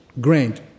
Grant